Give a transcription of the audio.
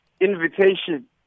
invitation